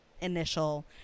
initial